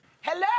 Hello